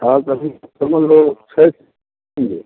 हाँ तो फिर समझ लो सिर्फ़ तीन हैं